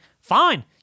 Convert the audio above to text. Fine